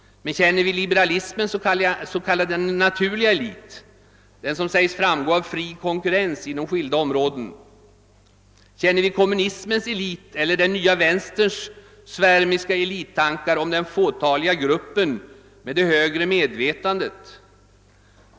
Men känner vi liberalismens s.k. naturliga elit, den som sägs framgå av "fri konkurrens inom skilda områden? Känner vi kommunismens ”elit eller den nya vänsterns svärmiska elittankar om den fåtaliga gruppen med ”det högre medvetandet”?